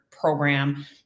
program